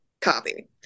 copy